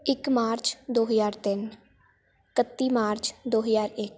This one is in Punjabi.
ਇੱਕ ਮਾਰਚ ਦੋ ਹਜ਼ਾਰ ਤਿੰਨ ਕੱਤੀ ਮਾਰਚ ਦੋ ਹਜ਼ਾਰ ਇੱਕ